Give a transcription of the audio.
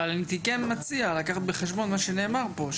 הייתי כן מציע לקחת בחשבון את מה שנאמר פה.